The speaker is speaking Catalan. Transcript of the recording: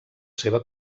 seva